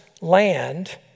land